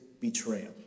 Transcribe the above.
betrayal